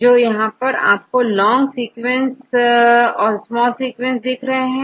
तो यहां पर आपको लॉन्ग सीक्वेंस और यह स्मॉल सीक्वेंस दिख रहे हैं